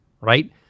right